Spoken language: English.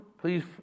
please